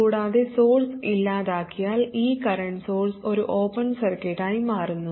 കൂടാതെ സോഴ്സ് ഇല്ലാതാക്കിയാൽ ഈ കറന്റ് സോഴ്സ് ഒരു ഓപ്പൺ സർക്യൂട്ടായി മാറുന്നു